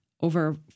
over—